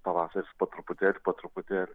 pavasaris po truputėlį po truputį